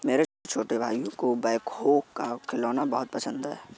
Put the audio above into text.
मेरे छोटे भाइयों को बैकहो का खिलौना बहुत पसंद है